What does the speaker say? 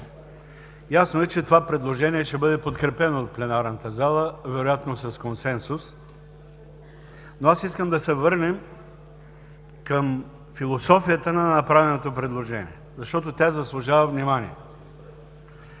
ясно е, че това предложение ще бъде подкрепено в пленарната зала вероятно с консенсус. Искам да се върнем към философията на направеното предложение, защото тя заслужава внимание.